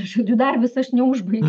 žodžiu dar vis aš neužbaigiu